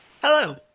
Hello